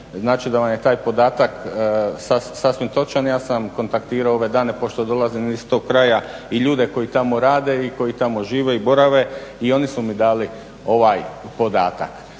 Znači da vam je taj podatak sasvim točan, ja sam kontaktirao ove dane pošto dolazim iz tog kraja i ljude koji tamo rade i koji tamo žive i borave i oni su mi dali ovaj podatak.